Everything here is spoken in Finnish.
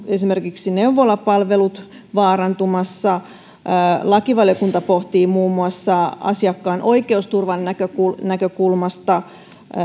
esimerkiksi neuvolapalvelut vaarantumassa lakivaliokunta pohtii muun muassa asiakkaan oikeusturvan näkökulmasta näkökulmasta